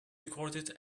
recorded